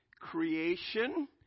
creation